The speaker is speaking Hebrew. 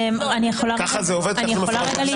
כן.